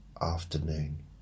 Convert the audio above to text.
afternoon